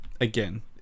Again